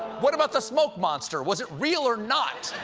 what about the smoke monster? was it real or not?